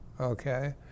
Okay